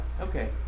okay